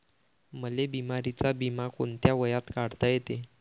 मले बिमारीचा बिमा कोंत्या वयात काढता येते?